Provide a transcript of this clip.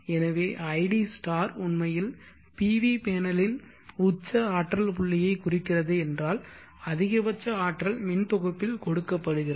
எனவே id உண்மையில் PV பேனலின் உச்ச ஆற்றல்புள்ளியைக் குறிக்கிறது என்றால் அதிகபட்ச ஆற்றல் மின் தொகுப்பில் கொடுக்கப்படுகிறது